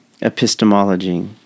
epistemology